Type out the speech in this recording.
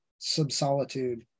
subsolitude